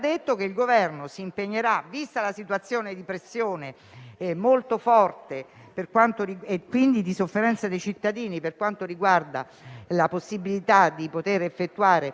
il Governo, vista la situazione di pressione molto forte e di sofferenza dei cittadini per quanto riguarda la possibilità di poter effettuare